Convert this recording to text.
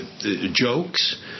jokes